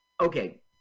Okay